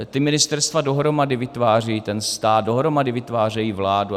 Ta ministerstva dohromady vytvářejí stát, dohromady vytvářejí vládu.